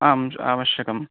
आम्चु आवश्यकम्